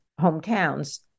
hometowns